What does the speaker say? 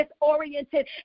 disoriented